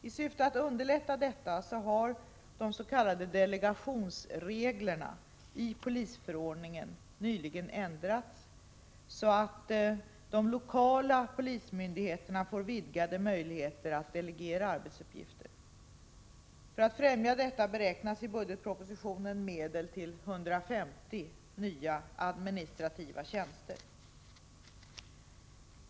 I syfte att underlätta detta har de s.k. delegationsreglerna i polisförordningen nyligen ändrats, så att de lokala polismyndigheterna får vidgade möjligheter att delegera arbetsuppgifter. För att främja detta beräknas i budgetpropositionen medel till 150 nya administrativa tjänster.